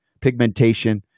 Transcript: pigmentation